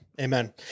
Amen